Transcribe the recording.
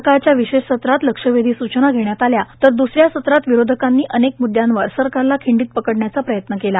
सकाळच्या विशेष सत्रात लक्षवेधी सूचना घेण्यात आल्या तर दुसऱ्या सत्रात विरोधकांनी अनेक म्दद्यावर सरकारला खिंडीत पकडण्याचा प्रयत्न केला